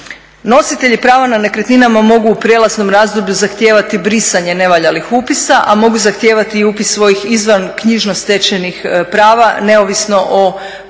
Nositelji prava na nekretninama mogu u prijelaznom razdoblju zahtijevati brisanje nevaljalih upisa a mogu zahtijevati i upis svojih izvanknjižno stečenih prava neovisno o pravilima